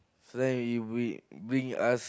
so then if we bring us